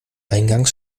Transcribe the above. eingangs